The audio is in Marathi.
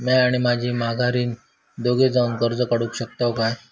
म्या आणि माझी माघारीन दोघे जावून कर्ज काढू शकताव काय?